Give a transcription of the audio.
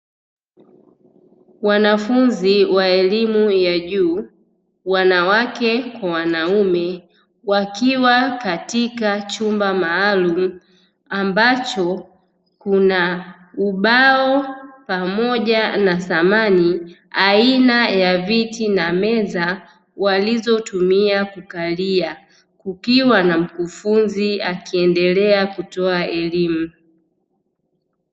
Wanafunzi wa elimu ya juu wanawake kwa wanaume wakiwa katika chumba maalum ambacho kuna ubao pamoja na samani aina ya viti na meza walizotumia kukalia kukiwa na mkufunzi akiendelea kutoa elimu.